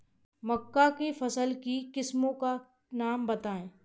मक्का की फसल की किस्मों का नाम बताइये